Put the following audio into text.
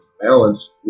balance